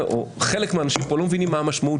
חלק מהאנשים פה לא מבינים מה המשמעות